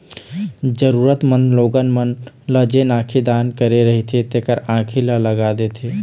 जरुरतमंद लोगन मन ल जेन आँखी दान करे रहिथे तेखर आंखी ल लगा देथे